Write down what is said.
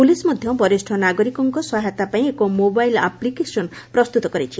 police ମଧ ବରିଷ ନାଗିରକଙ୍କ ସହାୟତା ପାଇଁ ଏକ ମୋବାଇଲ ଆପ୍ଲିକେଶନ ପ୍ରସ୍ତୁତ କରିଛି